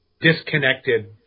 disconnected